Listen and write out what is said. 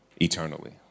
eternally